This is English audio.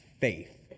faith